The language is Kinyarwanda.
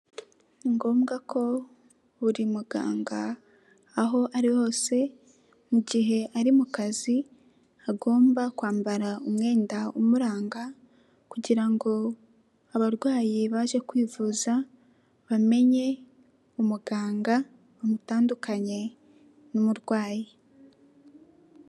Ni ngombwa ko buri muganga aho ari hose mu gihe ari mu kazi agomba kwambara umwenda umuranga kugira ngo abarwayi baje kwivuza bamenye umuganga, bamutandukanye n'umurwayi.